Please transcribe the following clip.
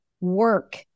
work